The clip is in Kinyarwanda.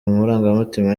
marangamutima